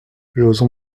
joson